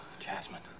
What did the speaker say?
Jasmine